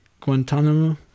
Guantanamo